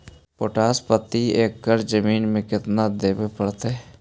Potash प्रति एकड़ जमीन में केतना देबे पड़तै?